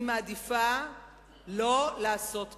אני מעדיפה לא לעשות כן.